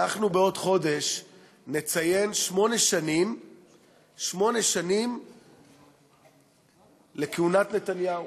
אנחנו בעוד חודש נציין שמונה שנים לכהונת נתניהו